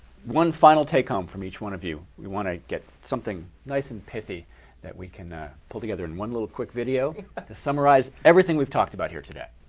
one final take-home from each one of you. we want to get something nice and pithy that we can pull together in one little quick video but and summarize everything we've talked about here today.